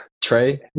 Trey